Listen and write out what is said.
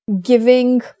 giving